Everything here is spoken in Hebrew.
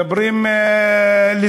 מדברים על לזרום,